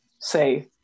say